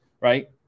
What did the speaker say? right